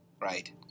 right